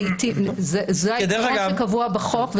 זה החוק הקובע בחוק.